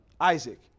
isaac